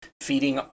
feeding